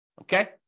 Okay